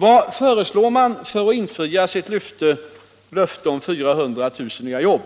Vad föreslår man för att infria sitt löfte om 400 000 nya jobb?